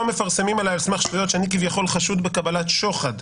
מפרסמים עלי על סמך שטויות שאני כביכול חשוד בקבלת שוחד.